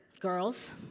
Girls